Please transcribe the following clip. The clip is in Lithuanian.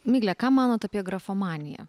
migle ką manot apie grafomaniją